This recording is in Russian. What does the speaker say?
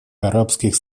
арабских